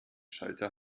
schalter